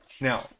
Now